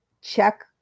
Check